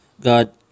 God